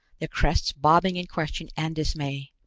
their crests bobbing in question and dismay.